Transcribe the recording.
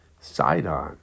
Sidon